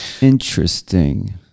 Interesting